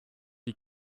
die